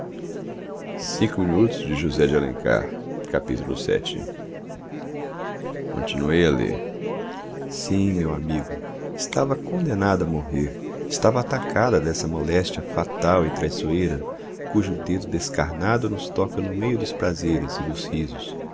continuei a ler sim meu amigo estava condenada a morrer estava atacada dessa moléstia fatal e traiçoeira cujo dedo descarnado nos toca no meio dos prazeres e dos risos